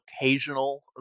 occasional